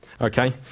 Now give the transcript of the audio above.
Okay